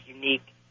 unique